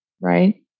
right